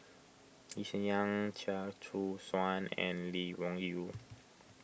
Lee Hsien Yang Chia Choo Suan and Lee Wung Yew